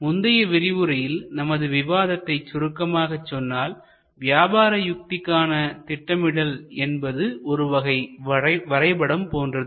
முந்திய விரிவுரையில் நமது விவாதத்தை சுருக்கமாக சொன்னால் வியாபார யுக்திக்கான திட்டமிடல் என்பது ஒரு வகை வரைபடம் போன்றது